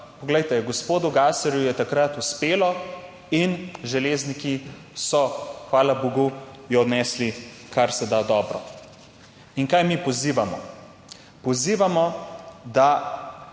poglejte, gospodu Gaserju je takrat uspelo in Železniki so, hvala bogu, jo odnesli kar se da dobro. In kaj mi pozivamo? Pozivamo, da